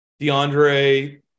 DeAndre –